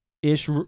ish